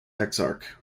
exarch